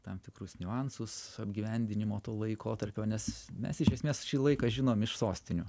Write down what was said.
tam tikrus niuansus apgyvendinimo to laikotarpio nes mes iš esmės šį laiką žinom iš sostinių